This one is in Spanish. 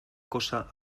cosa